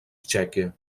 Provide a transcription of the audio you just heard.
txèquia